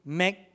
make